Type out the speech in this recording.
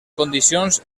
condicions